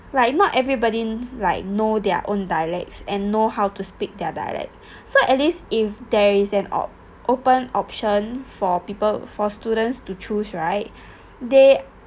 like not everybody like know their own dialects and know how to speak their dialect so at least if there is an op~ open option for people for students to choose right they